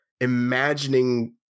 imagining